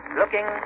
looking